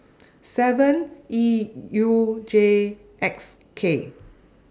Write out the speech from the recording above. seven E U J X K